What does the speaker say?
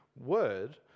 Word